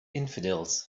infidels